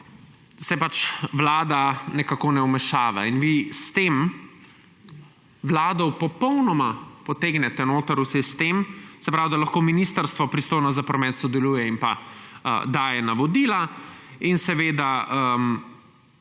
se pač Vlada nekako ne vmešava. In vi s tem Vlado popolnoma potegnete v sistem, se pravi, da lahko ministrstvo, pristojno za promet, sodeluje in pa daje navodila. In seveda,